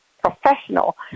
professional